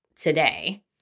today